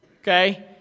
Okay